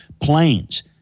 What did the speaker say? planes